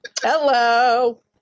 Hello